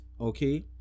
Okay